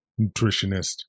nutritionist